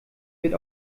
wird